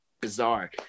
bizarre